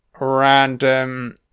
random